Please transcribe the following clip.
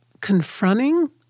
confronting